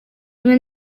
rimwe